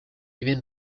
even